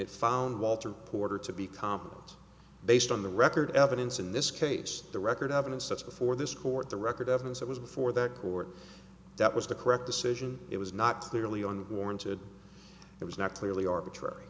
it found walter porter to be competent based on the record evidence in this case the record evidence that's before this court the record evidence that was before the court that was the correct decision it was not clearly on warranted it was not clearly arbitrary